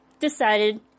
decided